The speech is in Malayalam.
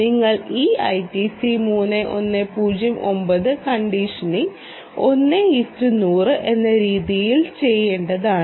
നിങ്ങൾ ഈ ഐടിസി 3109 കണ്ടീഷനിംഗ് 1100 എന്ന രീതിയിൽ ചെയ്യേണ്ടതാണ്